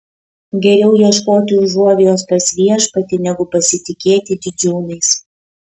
geriau ieškoti užuovėjos pas viešpatį negu pasitikėti didžiūnais